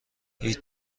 هیچ